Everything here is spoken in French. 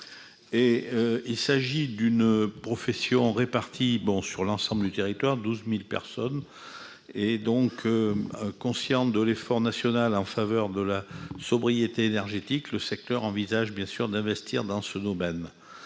il s'agit d'une profession répartis bon sur l'ensemble du territoire 12000 personnes et donc consciente de l'effort national en faveur de la sobriété énergétique, le secteur envisage bien sûr d'investir dans ce domaine,